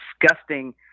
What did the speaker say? disgusting